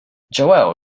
joel